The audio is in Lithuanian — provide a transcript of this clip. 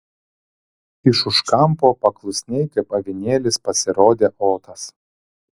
iš už kampo paklusniai kaip avinėlis pasirodė otas